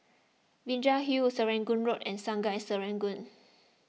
Binjai Hill Serangoon Road and Sungei Serangoon